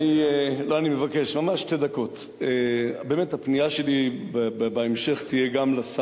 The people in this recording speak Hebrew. חבריך לסיעה מחכים לי כבר עשר דקות.